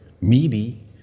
meaty